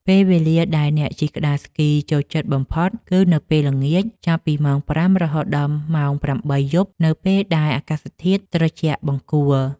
ពេលវេលាដែលអ្នកជិះក្ដារស្គីចូលចិត្តបំផុតគឺនៅពេលល្ងាច ចាប់ពីម៉ោង ៥ រហូតដល់ម៉ោង ៨ យប់ នៅពេលដែលអាកាសធាតុត្រជាក់បង្គួរ។